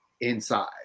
inside